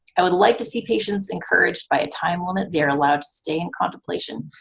i would like to see patients encouraged by a time limit they are allowed to stay in contemplation,